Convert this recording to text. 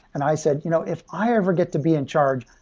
and i said, you know if i ever get to be in charge,